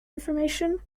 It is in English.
information